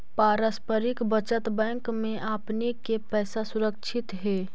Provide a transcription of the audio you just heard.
पारस्परिक बचत बैंक में आपने के पैसा सुरक्षित हेअ